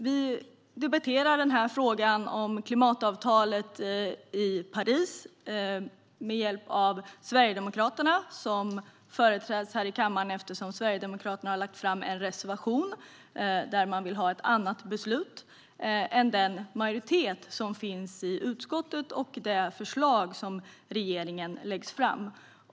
Vi debatterar klimatavtalet från Paris på grund av att Sverigedemokraterna har lagt fram en reservation i vilken de vill ha ett annat beslut än utskottsmajoriteten, som stöder det förslag som regeringen har lagt fram.